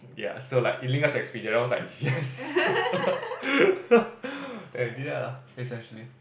ya so like it link us to Expedia then I was like yes I did that lah essentially